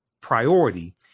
priority